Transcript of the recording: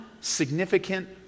significant